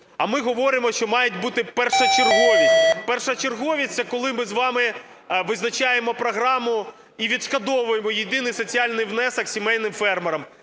а ми говоримо, що має бути першочерговість. Першочерговість – це коли ми з вами визначаємо програму і відшкодовуємо єдиний соціальний внесок сімейним фермерам.